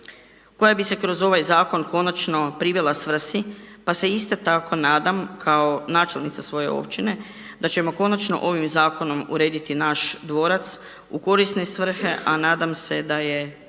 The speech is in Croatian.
koja bi se kroz ovaj zakon konačno privela svrsi pa se isto tako nadam kao načelnica svoje općine da ćemo konačno ovim zakonom urediti naš dvorac u korisne svrhe, a nadam se da je